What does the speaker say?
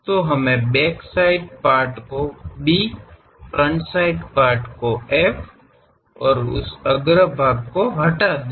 तो हमें backside part को B फ्रंट साइड पार्ट को F इस अग्र भाग को हटा दें